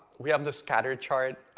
we have the scattered chart.